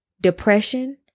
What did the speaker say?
depression